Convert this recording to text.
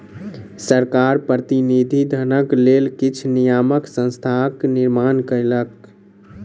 सरकार प्रतिनिधि धनक लेल किछ नियामक संस्थाक निर्माण कयलक